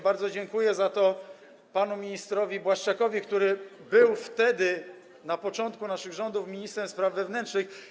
Bardzo dziękuję za to panu ministrowi Błaszczakowi, który był wtedy, na początku naszych rządów, ministrem spraw wewnętrznych.